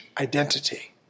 identity